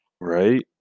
Right